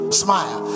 smile